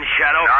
Shadow